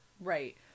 Right